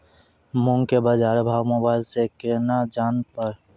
मूंग के बाजार भाव मोबाइल से के ना जान ब?